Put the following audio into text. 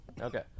Okay